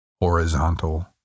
horizontal